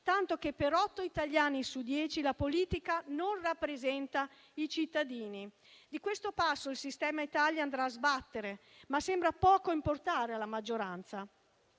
tanto che per otto italiani su dieci essa non rappresenta i cittadini. Di questo passo il sistema Italia andrà a sbattere, ma sembra poco importare alla maggioranza.